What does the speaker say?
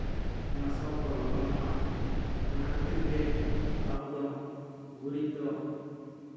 ᱚᱱᱟ ᱥᱚ ᱠᱚ ᱞᱚᱴᱚᱢᱚᱜᱼᱟ ᱚᱱᱟ ᱠᱷᱟᱹᱛᱤᱨᱜᱮ ᱟᱵᱚ ᱫᱚ ᱜᱩᱨᱤᱡᱽ ᱫᱚ